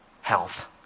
health